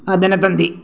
Dinathanthi